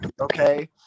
Okay